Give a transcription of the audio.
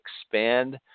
expand